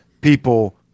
people